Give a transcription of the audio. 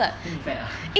think he fat ah